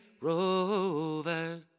rover